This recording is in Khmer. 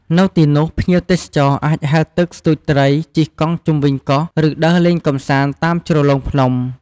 នៅទីនោះ ភ្ញៀវទេសចរអាច ហែលទឹក ស្ទូចត្រី ជិះកង់ជុំវិញកោះ ឬដើរលេងកម្សាន្តតាមជ្រលងភ្នំ។